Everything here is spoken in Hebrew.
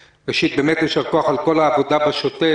ראשית, באמת יישר כוח על כל העבודה בשוטף.